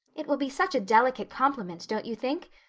it will be such a delicate compliment, don't you think?